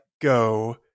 go